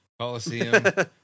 Coliseum